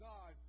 God